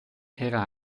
era